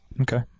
Okay